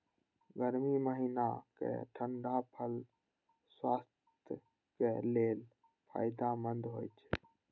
गर्मी महीनाक ठंढा फल स्वास्थ्यक लेल फायदेमंद होइ छै